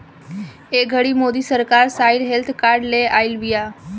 ए घड़ी मोदी सरकार soil health card ले आइल बिया